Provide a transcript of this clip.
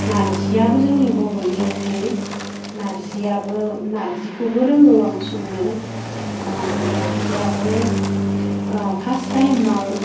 नारजिआबो जोंनि बर'नि ओंख्रि नारजिआबो नारजिखौबो रोंगौ आं संनो नारजिआबो फार्स्ट टाइमाव